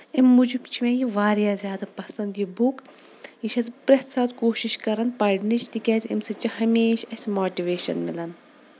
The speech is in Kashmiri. امہ موٗجوب چھِ مےٚ یہِ واریاہ زیادٕ پسنٛد یہِ بُک یہِ چھس بہٕ پرٮ۪تھ ساتہٕ کوٗشش کران پرنٕچ تِکیازِ امہِ سۭتۍ چھِ ہمیٚشہِ اسہِ ماٹِویشن مِلان